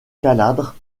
calabre